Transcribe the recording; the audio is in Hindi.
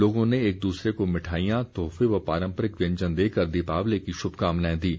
लोगों ने एक दूसरे को मिठाईयां तोहफे व पारंपरिक व्यंजन देकर दीपावली की शुभकामनाएं दीं